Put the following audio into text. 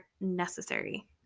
necessary